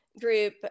group